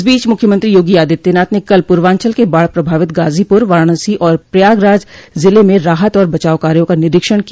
इस बीच मुख्यमंत्री योगी आदित्यनाथ ने कल पूर्वांचल के बाढ़ प्रभावित गाजीपुर वाराणसी और प्रयागराज जिले में राहत और बचाव कार्यो का निरीक्षण किया